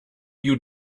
you